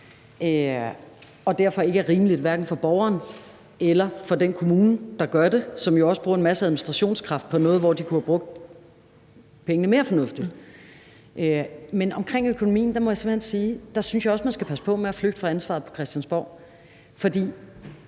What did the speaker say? det derfor ikke er rimeligt for hverken borgeren eller den kommune, der gør det, og som jo altså også bruger en masse administrationskraft på noget, hvor de kunne have brugt pengene mere fornuftigt. Men omkring økonomien må jeg simpelt hen sige, at jeg også synes, at man skal passe på med at flygte fra ansvaret på Christiansborg. For